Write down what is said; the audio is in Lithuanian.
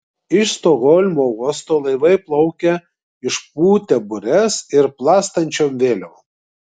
iš stokholmo uosto laivai plaukia išpūtę bures ir plastančiom vėliavom